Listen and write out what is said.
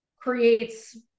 creates